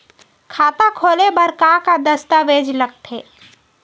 खाता खोले बर का का दस्तावेज लगथे?